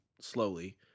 slowly